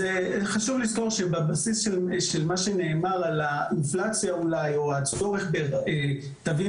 חשוב לזכור שבבסיס של מה שנאמר על האינפלציה או הצורך בתווים